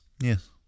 Yes